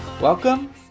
Welcome